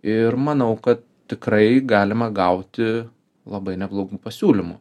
ir manau kad tikrai galima gauti labai neblogų pasiūlymų